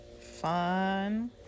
fun